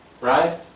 right